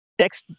text